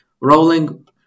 rolling